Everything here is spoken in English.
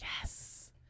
Yes